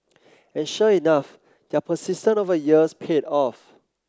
and sure enough their persistent over the years paid off